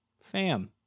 fam